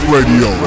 Radio